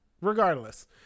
Regardless